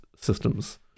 systems